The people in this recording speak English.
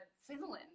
finland